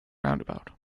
roundabout